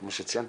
כמו שציינתי,